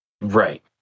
Right